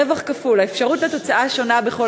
הרווח כפול: האפשרות לתוצאה שונה בכל